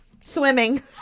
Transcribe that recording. Swimming